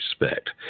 respect